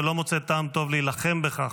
ולא מוצא טעם טוב להילחם בכך.